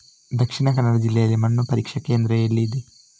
ದಕ್ಷಿಣ ಕನ್ನಡ ಜಿಲ್ಲೆಯಲ್ಲಿ ಮಣ್ಣು ಪರೀಕ್ಷಾ ಕೇಂದ್ರ ಎಲ್ಲಿದೆ?